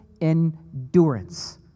endurance